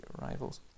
rivals